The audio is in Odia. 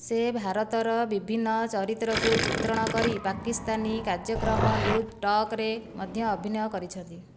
ସେ ଭାରତର ବିଭିନ୍ନ ଚରିତ୍ରକୁ ଚିତ୍ରଣ କରି ପାକିସ୍ତାନୀ କାର୍ଯ୍ୟକ୍ରମ ଲୁଜ୍ ଟକ୍ ରେ ମଧ୍ୟ ଅଭିନୟ କରିଛନ୍ତି